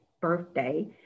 birthday